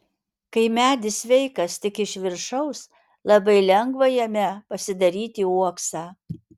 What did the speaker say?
kai medis sveikas tik iš viršaus labai lengva jame pasidaryti uoksą